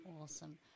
Awesome